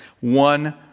one